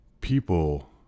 People